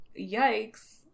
yikes